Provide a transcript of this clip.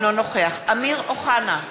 אינו נוכח אמיר אוחנה,